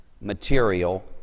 material